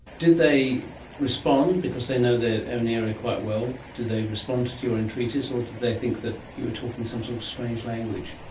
did they respond because they know their own area quite well, did they respond to your entreaties or did they think that you were talking some sort of strange language?